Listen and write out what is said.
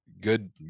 Good